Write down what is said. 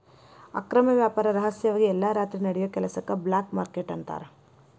ಅಕ್ರಮ ವ್ಯಾಪಾರ ರಹಸ್ಯವಾಗಿ ಎಲ್ಲಾ ರಾತ್ರಿ ನಡಿಯೋ ಕೆಲಸಕ್ಕ ಬ್ಲ್ಯಾಕ್ ಮಾರ್ಕೇಟ್ ಅಂತಾರ